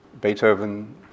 Beethoven